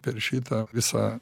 per šitą visą